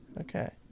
Okay